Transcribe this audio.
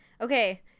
Okay